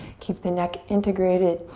keep the neck integrated.